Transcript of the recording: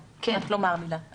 מילה.